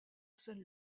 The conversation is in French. scène